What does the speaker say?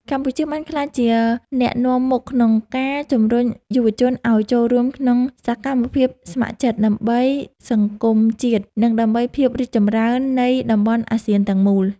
កម្ពុជាបានក្លាយជាអ្នកនាំមុខក្នុងការជំរុញយុវជនឱ្យចូលរួមក្នុងសកម្មភាពស្ម័គ្រចិត្ត ដើម្បីសង្គមជាតិ និងដើម្បីភាពរីកចម្រើននៃតំបន់អាស៊ានទាំងមូល។